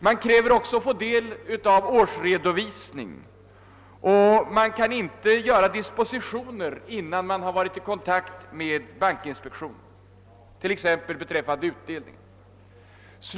Man kräver också att få del av årsredovisning, och bankerna kan inte göra dispositioner innan de har varit i kontakt med bankinspektionen, t.ex. beträffande utdelningen.